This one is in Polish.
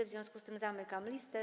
W związku z tym zamykam listę.